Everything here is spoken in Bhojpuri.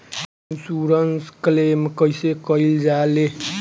इन्शुरन्स क्लेम कइसे कइल जा ले?